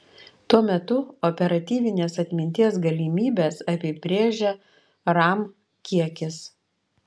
tuo metu operatyvinės atminties galimybes apibrėžia ram kiekis